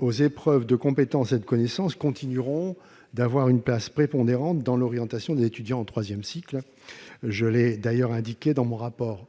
aux épreuves de compétences et de connaissances continueront de tenir une place prépondérante pour l'orientation des étudiants en troisième cycle ; je l'ai d'ailleurs écrit dans mon rapport.